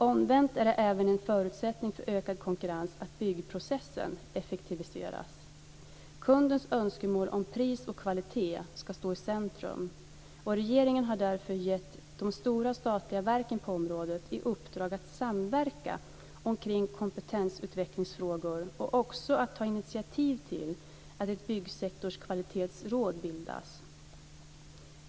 Omvänt är det även en förutsättning för ökad konkurrens att byggprocessen effektiviseras. Kundens önskemål om pris och kvalitet ska stå i centrum. Regeringen har därför gett de stora statliga verken på området i uppdrag att samverka omkring kompetensutvecklingsfrågor och även att ta initiativ till att ett byggsektorns kvalitetsråd bildas.